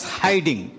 hiding